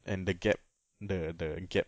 and the gap the the gap